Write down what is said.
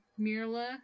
mirla